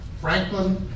Franklin